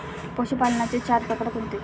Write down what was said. पशुपालनाचे चार प्रकार कोणते?